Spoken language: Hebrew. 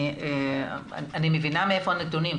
אני מבינה מאיפה הנתונים.